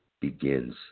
begins